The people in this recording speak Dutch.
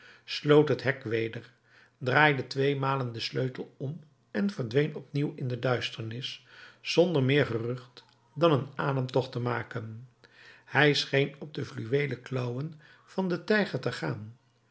sloot het hek weder draaide tweemalen den sleutel om en verdween opnieuw in de duisternis zonder meer gerucht dan een ademtocht te maken hij scheen op de fluweelen klauwen van den tijger te gaan